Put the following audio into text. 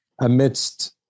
amidst